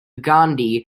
gandhi